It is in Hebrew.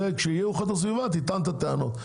כשיהיו מאיכות הסביבה תטען את הטענות.